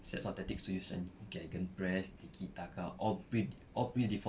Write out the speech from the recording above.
set of tactics to use and gegenpress tiki-taka all pre~ all pre-default